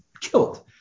killed